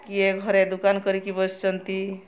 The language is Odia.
କିଏ ଘରେ ଦୋକାନ କରିକି ବସିଛନ୍ତି